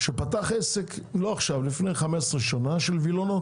שפתח עסק של וילונות לפני כ-15 שנה.